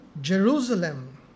Jerusalem